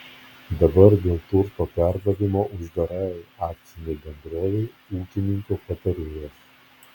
dabar dėl turto perdavimo uždarajai akcinei bendrovei ūkininko patarėjas